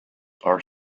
are